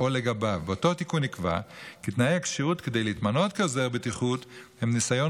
באותו תיקון נקבע כי תנאי הכשירות כדי להתמנות לעוזר בטיחות הם ניסיון